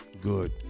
good